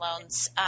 loans